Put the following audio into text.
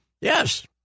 Yes